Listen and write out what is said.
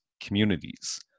communities